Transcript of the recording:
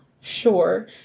sure